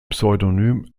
pseudonym